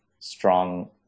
strong